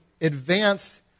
advance